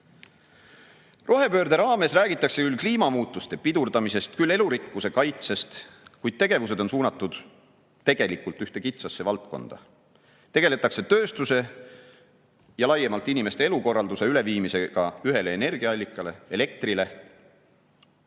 raames räägitakse küll kliimamuutuste pidurdamisest, küll elurikkuse kaitsest, kuid tegevused on suunatud tegelikult ühte kitsasse valdkonda. Tegeletakse tööstuse ja laiemalt inimeste elukorralduse üleviimisega ühele energiaallikale, elektrile.